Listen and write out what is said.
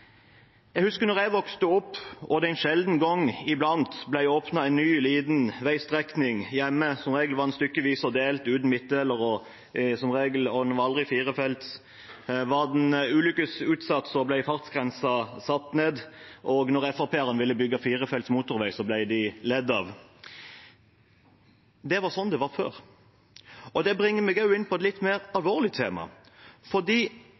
Jeg husker da jeg vokste opp og det en sjelden gang iblant ble åpnet en ny, liten veistrekning hjemme. Som regel var den stykkevis og delt og uten midtdeler, og den var aldri firefelts. Var den ulykkesutsatt, ble fartsgrensen satt ned, og når FrP-erne ville bygge firefelts motorvei, ble de ledd av. Det var slik det var før. Det bringer meg også inn på et litt mer